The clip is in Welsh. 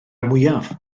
mwyaf